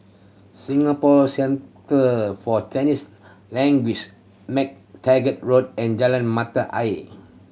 Singapore Centre For Chinese Languages MacTaggart Road and Jalan Mata Ayer